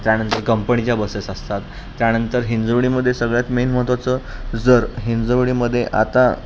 त्यानंतर कंपनीच्या बसेस असतात त्यानंतर हिंजवडीमध्ये सगळ्यात मेन महत्त्वाचं जर हिंजवडीमध्ये आता